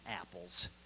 apples